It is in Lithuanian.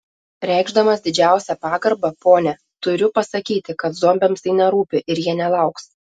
reikšdamas didžiausią pagarbą ponia turiu pasakyti kad zombiams tai nerūpi ir jie nelauks